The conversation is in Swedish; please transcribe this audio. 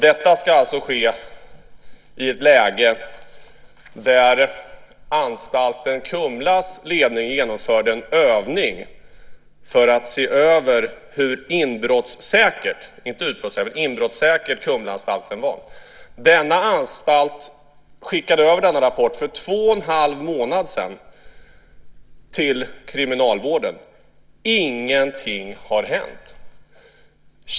Detta ska alltså ske i ett läge där anstalten Kumlas ledning genomförde en övning för att se över hur inbrottssäker - inte "utbrottssäker" - Kumlaanstalten var, där anstalten skickade över denna rapport till kriminalvården för två och en halv månad sedan och där ingenting har hänt.